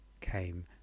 came